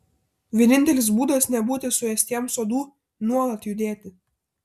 vienintelis būdas nebūti suėstiems uodų nuolat judėti